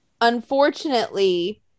unfortunately